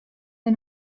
wer